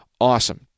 Awesome